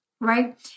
right